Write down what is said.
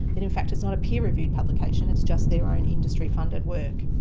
in in fact, it's not a peer reviewed publication, it's just their own industry funded work.